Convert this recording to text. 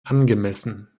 angemessen